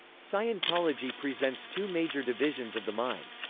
scientology presents two major divisions of the mind.